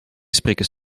spreken